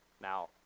now